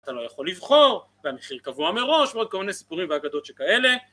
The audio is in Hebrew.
אתה לא יכול לבחור, והמחיר קבוע מראש, ועוד כל מיני סיפורים ואגדות שכאלה